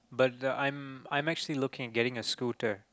but I'm I'm actually looking into getting a scooter